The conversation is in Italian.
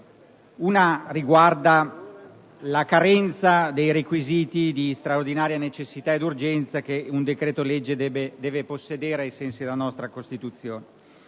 prima riguarda la carenza dei requisiti di straordinaria necessità ed urgenza che un decreto‑legge deve possedere ai sensi della nostra Costituzione.